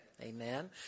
Amen